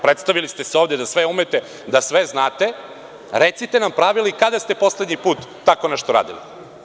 Predstavili ste se ovde da sve umete, da sve znate, recite nam pravila i kada ste poslednji put tako nešto radili?